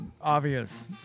obvious